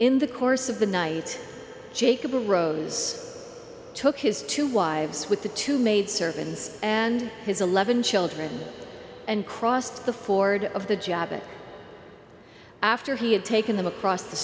in the course of the night jacob arose took his two wives with the two made servants and his eleven children and crossed the ford of the jabot after he had taken them across the